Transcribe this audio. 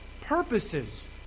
purposes